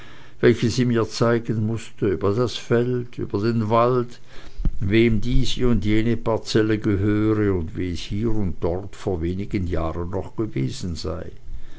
welche sie mir zeigen mußte über das feld über den wald wem diese und jene parzelle gehöre und wie es hier und dort vor wenigen jahren noch gewesen sei